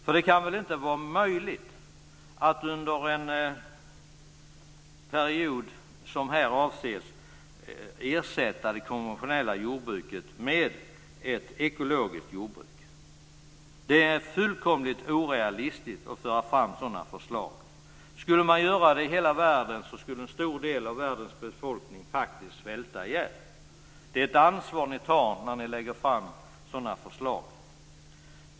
För det kan väl inte vara möjligt att under den period som här avses ersätta det konventionella jordbruket med ett ekologiskt jordbruk. Det är fullständigt orealistiskt att föra fram sådana förslag. Skulle man göra en sådan omläggning i hela världen, skulle en stor del av jordens befolkning faktiskt svälta ihjäl. Ni tar på er ett ansvar när ni lägger fram sådana förslag.